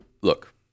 look